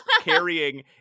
carrying